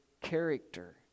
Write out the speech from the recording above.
character